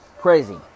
Crazy